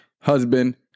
husband